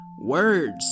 words